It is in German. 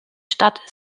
stadt